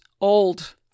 old